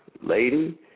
lady